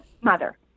mother